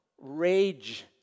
rage